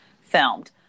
filmed